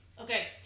Okay